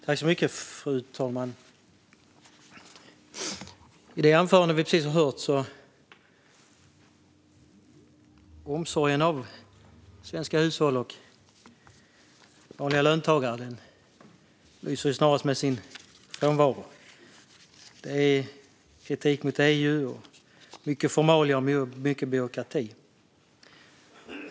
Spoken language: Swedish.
Fru talman! I det anförande vi precis har hört lyste omsorgen om svenska hushåll och vanliga löntagare snarast med sin frånvaro. Det var kritik mot EU, mycket formalia och mycket byråkrati.